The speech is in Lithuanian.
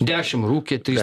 dešim rūkė trys